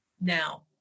Now